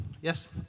yes